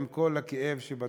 עם כל הכאב שבדבר.